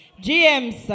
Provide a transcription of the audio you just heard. James